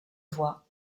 voie